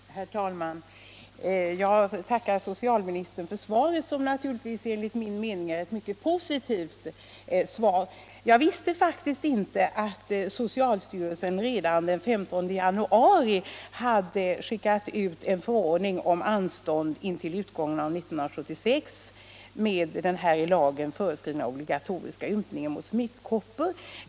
Herr talman! Jag tackar socialministern för svaret, som naturligtvis enligt min mening är ett mycket positivt svar. Jag visste faktiskt inte att socialstyrelsen redan den 15 januari hade skickat ut en förordning om anstånd intill utgången av 1976 med den i lagen föreskrivna, obligatoriska ympningen mot smittkoppor.